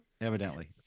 Evidently